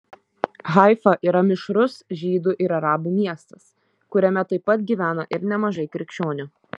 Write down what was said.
haifa yra mišrus žydų ir arabų miestas kuriame taip pat gyvena ir nemažai krikščionių